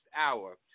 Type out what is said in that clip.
hour